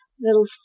little